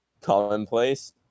commonplace